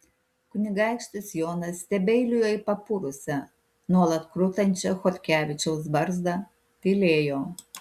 kunigaikštis jonas stebeilijo į papurusią nuolat krutančią chodkevičiaus barzdą tylėjo